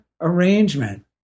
arrangement